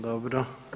Dobro.